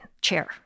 chair